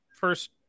First